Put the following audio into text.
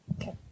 Okay